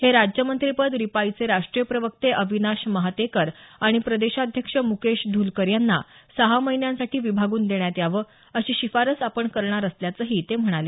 हे राज्यमंत्रीपद रिपाइं चे राष्ट्रीय प्रवक्ते अविनाश महातेकर आणि प्रदेशाध्यक्ष मुकेश ध्लकर यांना सहा महिन्यांसाठी विभागून देण्यात यावं अशी शिफारस आपण करणार असल्याचही ते म्हणाले